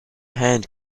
hand